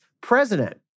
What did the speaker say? president